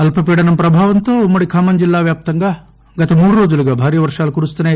అల్పపీడనం ప్రభావంతో ఉమ్మడి ఖమ్మం జిల్లా వ్యాప్తంగా గత నాలుగు రోజులుగా విస్తారంగా వర్షాలు కురుస్తున్నాయి